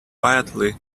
quietly